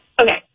Okay